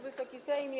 Wysoki Sejmie!